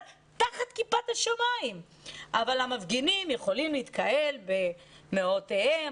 תחת כיפת השמיים אבל המפגינים יכולים להתקהל במאותיהם,